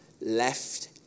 left